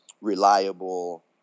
reliable